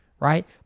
right